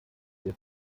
wir